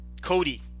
Cody